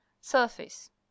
Surface